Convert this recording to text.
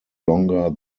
longer